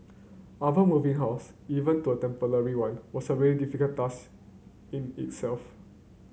moving house even to a temporary one was a really difficult task in itself